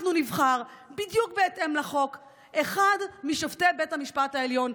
אנחנו נבחר בדיוק בהתאם לחוק אחד משופטי בית המשפט העליון,